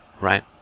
Right